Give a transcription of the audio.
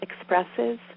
expresses